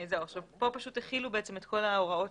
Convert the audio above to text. החילו את כל ההוראות